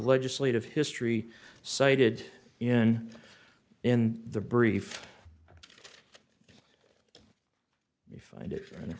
legislative history cited in in the brief we find it